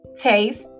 taste